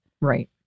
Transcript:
right